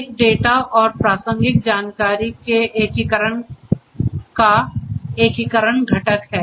एक डेटा और प्रासंगिक जानकारी के एकीकरण का एकीकरण घटक है